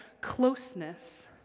closeness